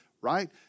right